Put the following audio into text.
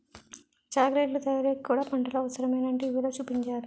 చాకిలెట్లు తయారీకి కూడా పంటలు అవసరమేనని టీ.వి లో చూపించారురా